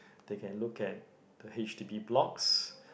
they can look at the H_D_B blocks